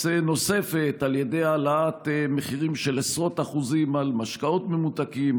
נוספת על ידי העלאת מחירים של עשרות אחוזים על משקאות ממותקים,